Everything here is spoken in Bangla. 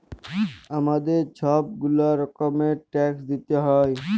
আমাদের ছব গুলা রকমের ট্যাক্স দিইতে হ্যয়